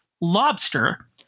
lobster